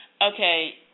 Okay